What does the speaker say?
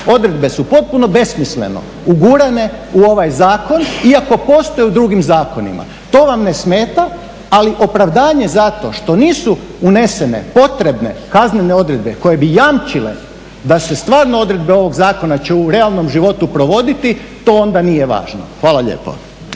odredbe su potpuno besmisleno ugurane u ovaj zakon iako postoje u drugim zakonima. To vam ne smeta, ali opravdanje zato što nisu unesene potrebne kaznene odredbe koje bi jamčile da se stvarno odredbe ovog zakona će u realnom životu provoditi to onda nije važno. Hvala lijepo.